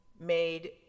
made